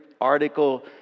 article